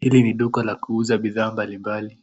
Hili duka la kuuza bidhaa mbali mbali,